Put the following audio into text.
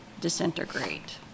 disintegrate